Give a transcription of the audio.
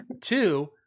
Two